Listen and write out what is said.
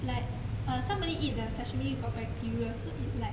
like err somebody eat the sashimi got bacteria so it like